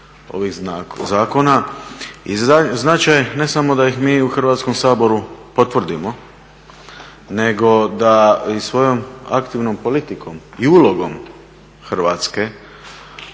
ovih zakona i značaj ne samo da ih mi u Hrvatskom saboru potvrdimo nego da i svojom aktivnom politikom i ulogom Hrvatske,